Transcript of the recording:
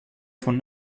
von